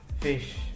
fish